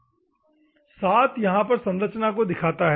7 यहां पर संरचना को दिखाता है